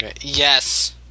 Yes